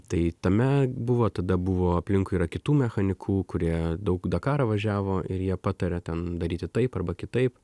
tai tame buvo tada buvo aplinkui yra kitų mechanikų kurie daug dakarą važiavo ir jie pataria ten daryti taip arba kitaip